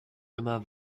immer